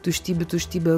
tuštybių tuštybė